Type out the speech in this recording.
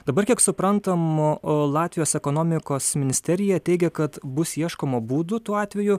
dabar kiek suprantam latvijos ekonomikos ministerija teigia kad bus ieškoma būdų tuo atveju